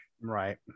right